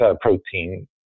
protein